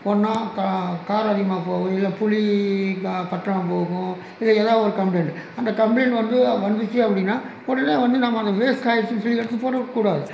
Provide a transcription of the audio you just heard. ஒன்னாக கா காரம் அதிகமாக போகும் இல்லை புளி கா பற்றாம்போகும் இதுல எதா ஒரு கம்ப்லைண்ட்டு அந்த கம்ப்லைண்ட் வந்து வந்துச்சு அப்படின்னா உடனே வந்து நம்ப அதை வேஸ்ட் ஆய்டுச்சுனு சொல்லி எடுத்து போடக்கூடாது